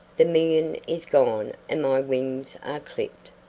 the million is gone and my wings are clipped.